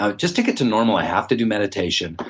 ah just to get to normal i have to do meditation.